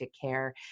care